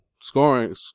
Scoring